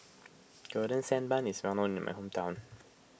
Golden Sand Bun is well known in my hometown